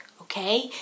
Okay